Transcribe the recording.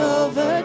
over